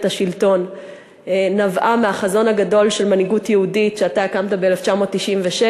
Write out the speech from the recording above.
השלטון נבעה מהחזון הגדול של "מנהיגות יהודית" שאתה הקמת ב-1996.